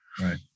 Right